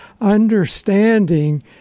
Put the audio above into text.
understanding